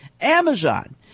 Amazon